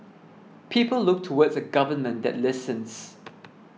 people look towards a government that listens